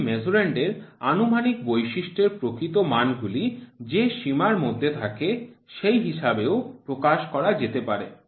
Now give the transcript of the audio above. এটি মেজার্যান্ড এর আনুমানিক বৈশিষ্ট্যের প্রকৃত মানগুলি যে সীমার মধ্যে থাকে সেই হিসাবেও প্রকাশ করা যেতে পারে